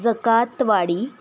Jakatwadi